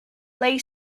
lay